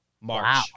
March